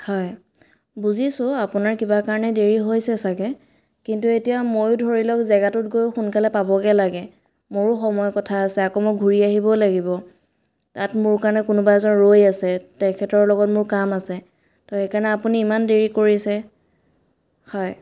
হয় বুজিছোঁ আপোনাৰ কিবা কাৰণে দেৰি হৈছে ছাগৈ কিন্তু এতিয়া মই ধৰি লওক জেগাটোত গৈ সোনকালে পাবগৈ লাগে মোৰো সময়ৰ কথা আছে আকৌ মই ঘূৰি আহিবও লাগিব তাত মোৰ কাৰণে কোনোবা এজন ৰৈ আছে তেখেতৰ লগত মোৰ কাম আছে তো সেইকাৰণে আপুনি ইমান দেৰি কৰিছে হয়